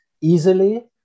easily